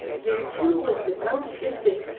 there too was the gum-cistus,